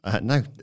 No